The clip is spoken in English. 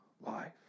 life